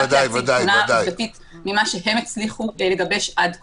להציג תמונה עובדתית ממה שהם הצליחו לגבש עד כה.